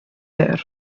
there